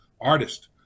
artist